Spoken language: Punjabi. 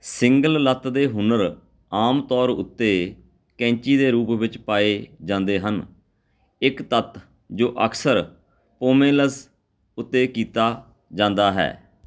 ਸਿੰਗਲ ਲੱਤ ਦੇ ਹੁਨਰ ਆਮ ਤੌਰ ਉੱਤੇ ਕੈਂਚੀ ਦੇ ਰੂਪ ਵਿੱਚ ਪਾਏ ਜਾਂਦੇ ਹਨ ਇੱਕ ਤੱਤ ਜੋ ਅਕਸਰ ਪੋਮੇਲਜ਼ ਉੱਤੇ ਕੀਤਾ ਜਾਂਦਾ ਹੈ